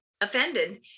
offended